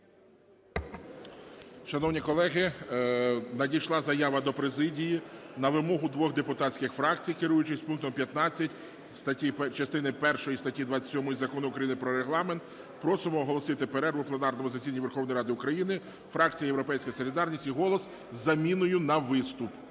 Шановні колеги, надійшла заява до президії. На вимогу двох депутатських фракцій, керуючись пунктом 15 частини першої статті 27 Закону України про Регламент, просимо оголосити перерву в пленарному засіданні Верховної Ради України, фракція "Європейська солідарність" і "Голос", з заміною на виступ.